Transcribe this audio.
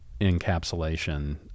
encapsulation